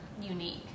unique